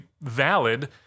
valid